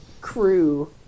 crew